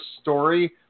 story